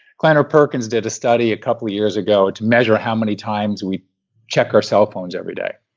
kleiner perkins did a study a couple years ago to measure how many times we check our cellphones every day.